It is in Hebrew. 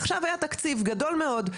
עכשיו היה תקציב גדול מאוד,